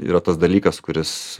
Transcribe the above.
yra tas dalykas kuris